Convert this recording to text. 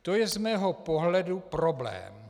To je z mého pohledu problém.